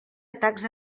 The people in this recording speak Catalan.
atacs